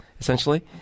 essentially